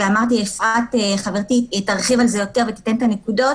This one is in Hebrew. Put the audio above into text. ואמרתי שאפרת חברתי תרחיב על זה ותיתן את הנקודות,